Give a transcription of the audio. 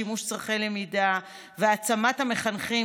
לשימוש לצורכי למידה; העצמת המחנכים